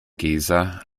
geezer